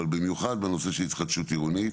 אבל במיוחד בנושא של התחדשות עירונית.